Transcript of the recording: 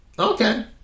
Okay